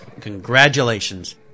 congratulations